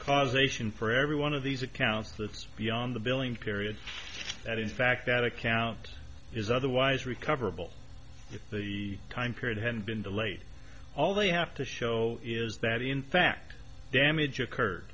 causation for every one of these accounts that's beyond the billing period that in fact that account is otherwise recoverable if the time period hadn't been delayed all they have to show is that in fact damage occurred